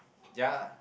ya lah